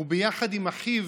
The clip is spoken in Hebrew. וביחד עם אחיו